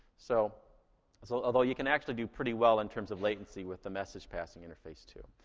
so so although you can actually do pretty well in terms of latency with the message passing interface too.